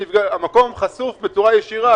המקום חשוף בצורה ישרה,